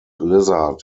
lizard